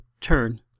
turn